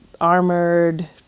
armored